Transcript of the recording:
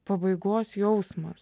pabaigos jausmas